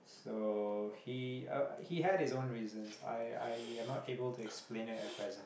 so he uh he had his own reasons I I am not able to explain it at present